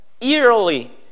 eerily